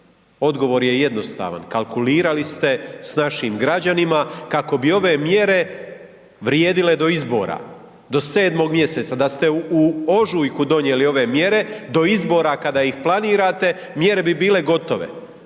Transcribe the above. Odgovor je jednostavan, kalkulirali ste s našim građanima kako bi ove mjere vrijedile do izbora, do 7. mjeseca. Da ste u ožujku donijeli ove mjere, do izbora kada ih planirate mjere bi bile gotove.